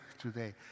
today